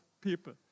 people